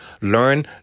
learn